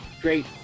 great